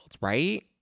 right